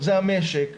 זה המשק,